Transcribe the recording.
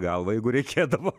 galvą jeigu reikėdavo